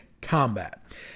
combat